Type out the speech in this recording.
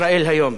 דני אילון?